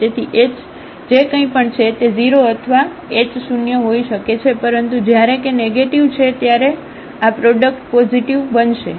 તેથી એચ જે કંઈપણ છે તે 0 અથવા એચ શૂન્ય હોઈ શકે છે પરંતુ જ્યારે કે નેગેટીવ છે ત્યારે આ પ્રોડક્ટ પોઝિટિવપોઝિટિવ બનશે